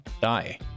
Die